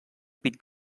pit